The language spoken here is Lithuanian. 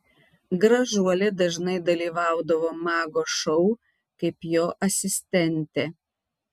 gražuolė dažnai dalyvaudavo mago šou kaip jo asistentė